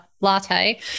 latte